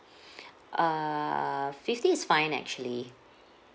err fifty is fine actually